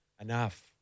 enough